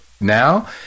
Now